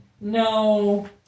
No